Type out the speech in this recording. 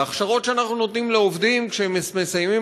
וההכשרות שאנחנו נותנים לעובדים כשהם מסיימים